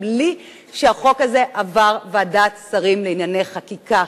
בלי שהחוק הזה עבר ועדת שרים לענייני חקיקה,